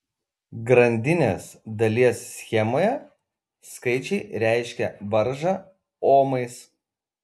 grandinės dalies schemoje skaičiai reiškia varžą omais